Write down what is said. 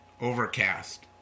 overcast